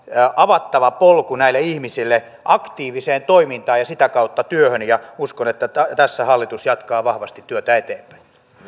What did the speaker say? avattava polku näille ihmisille aktiiviseen toimintaan ja sitä kautta työhön ja uskon että tässä hallitus jatkaa vahvasti työtä eteenpäin